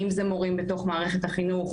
אם זה מורים בתוך מערכת החינוך,